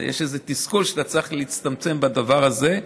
יש איזה תסכול שאתה צריך להצטמצם בדבר הזה.